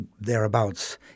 thereabouts